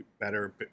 better